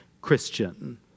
Christian